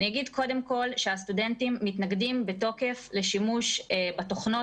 אני אגיד קודם כל שהסטודנטים מתנגדים בתוקף לשימוש בתוכנות.